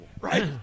Right